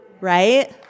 Right